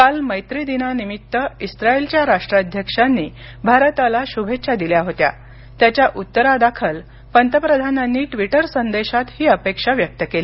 काल मैत्रीदिनानिमित्त इस्राईलच्या राष्ट्राध्यक्षांनी भारताला शुभेच्छा दिल्या होत्या त्याच्या उत्तरादाखल पंतप्रधानांनी ट्विटर संदेशात ही अपेक्षा व्यक्त केली